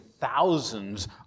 thousands